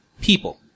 People